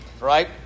right